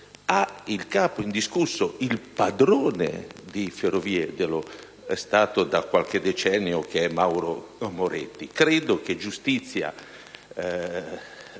al capo indiscusso, il padrone, di Ferrovie dello Stato da qualche decennio, ossia Mauro Moretti. Credo che giustizia